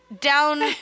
down